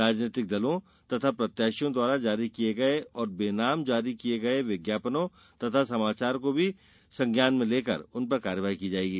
राजनैतिक दलों तथा प्रत्याशियों द्वारा जारी किये गये और बेनाम जारी किये गये विज्ञापनों तथा समाचार को भी संज्ञान में लेकर उन पर कार्यवाही की जाएगी